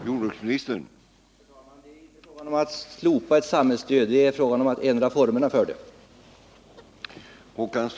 Herr talman! Det är inte fråga om att slopa ett samhällsstöd, utan om att ändra formerna för det.